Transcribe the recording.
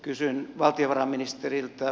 kysyn valtiovarainministeriltä